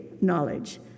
knowledge